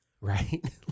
Right